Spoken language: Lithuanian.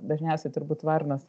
dažniausiai turbūt varnas